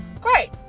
Great